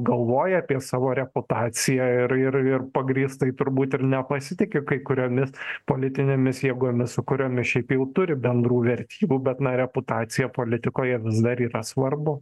galvoja apie savo reputaciją ir ir ir pagrįstai turbūt ir nepasitiki kai kuriomis politinėmis jėgomis su kuriomis šiaip jau turi bendrų vertybių bet na reputacija politikoje vis dar yra svarbu